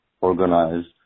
organized